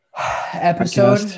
episode